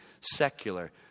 secular